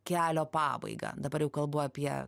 kelio pabaigą dabar jau kalbu apie